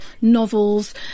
novels